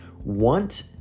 want